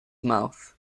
mouth